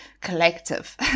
collective